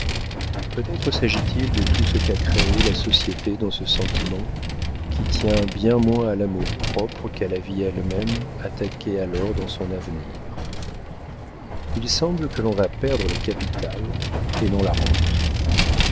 peut-être s'agit-il de tout ce qu'a créé la société dans ce sentiment qui tient bien moins à l'amour-propre qu'à la vie elle-même attaquée alors dans son avenir il semble que l'on va perdre le capital et non la rente